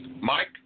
Mike